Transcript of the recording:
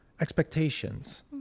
expectations